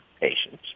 patients